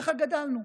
ככה גדלנו.